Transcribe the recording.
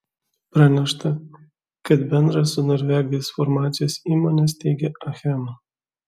pranešta kad bendrą su norvegais farmacijos įmonę steigia achema